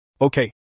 Okay